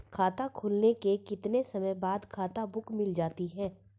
खाता खुलने के कितने समय बाद खाता बुक मिल जाती है?